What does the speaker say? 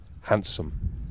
handsome